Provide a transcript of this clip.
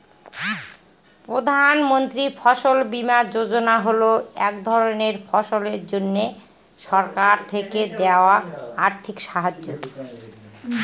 প্রধান মন্ত্রী ফসল বীমা যোজনা হল এক ধরনের ফসলের জন্যে সরকার থেকে দেওয়া আর্থিক সাহায্য